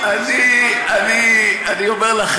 אני אומר לך,